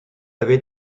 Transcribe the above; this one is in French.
avait